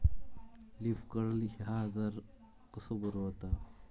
Leaf curl ह्यो आजार कसो बरो व्हता?